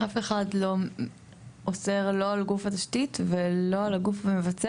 אף אחד לא אוסר לא על גוף התשתית ולא על הגוף המבצע